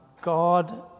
God